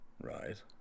Right